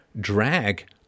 drag